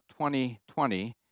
2020